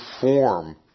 form